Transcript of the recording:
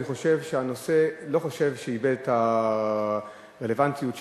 אני לא חושב שהנושא איבד את הרלוונטיות שלו,